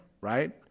right